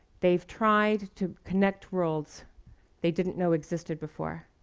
they've tried to connect worlds they didn't know existed before.